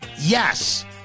Yes